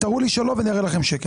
תראו לי שלא ואני אראה לכם שכן.